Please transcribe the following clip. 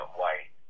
white